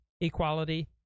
equality